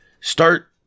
start